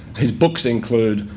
his books include,